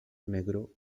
negro